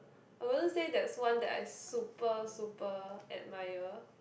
I wouldn't say there's one that I super super admire